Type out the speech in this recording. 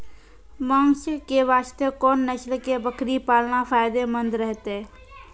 मांस के वास्ते कोंन नस्ल के बकरी पालना फायदे मंद रहतै?